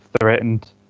threatened